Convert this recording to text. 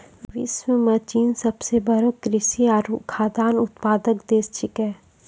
विश्व म चीन सबसें बड़ो कृषि आरु खाद्यान्न उत्पादक देश छिकै